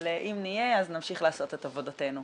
אבל אם נהיה אז נמשיך לעשות את עבודתנו.